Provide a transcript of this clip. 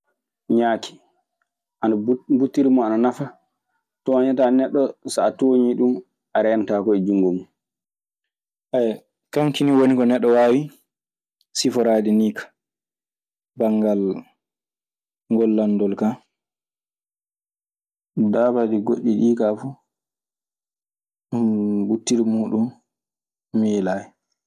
Ñaaki, mbuttiri mun ana nafa, tooñataa neɗɗo. So a tooñii ɗun a reenotaako e junngo mun. kanki nii woni ko neɗɗo waawi siforaade nii kan banngal ngol lanndol kaa. Dabaaji goɗɗi ɗii kaa fuu. Mbuttiri muuɗun mi miilaayi.